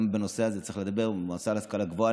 גם בנושא הזה צריך לדבר עם המועצה להשכלה גבוהה,